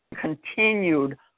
continued